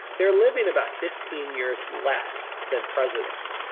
they're living about fifteen years less than presidents,